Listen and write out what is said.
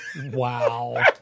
Wow